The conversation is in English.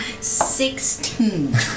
Sixteen